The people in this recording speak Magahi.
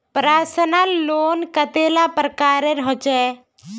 पर्सनल लोन कतेला प्रकारेर होचे?